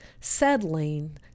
settling